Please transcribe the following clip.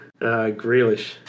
Grealish